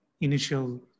initial